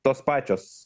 tos pačios